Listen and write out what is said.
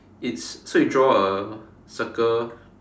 it's so you draw a circle